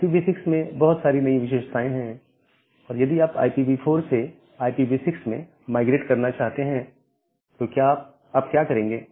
IPv6 में बहुत सारी नई विशेषताएं हैं और यदि आप IPv4 से IPv6 में माइग्रेट करना चाहते हैं तो आप क्या करेंगे